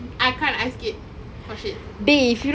I can't ice skate for shit